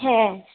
হ্যাঁ